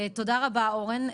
תודה רבה אורן.